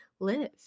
live